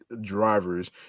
drivers